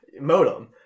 modem